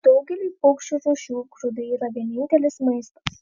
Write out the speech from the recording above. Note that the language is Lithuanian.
daugeliui paukščių rūšių grūdai yra vienintelis maistas